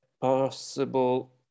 possible